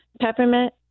Peppermint